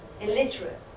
illiterate